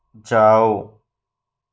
जाओ